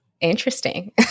Interesting